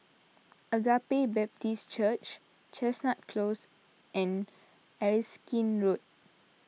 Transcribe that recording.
Agape Baptist Church Chestnut Close and Erskine Road